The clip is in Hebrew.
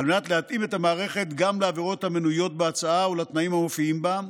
על מנת להתאים את המערכת גם לעבירות המנויות בהצעה ולתנאים המופיעים בה.